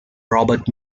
robert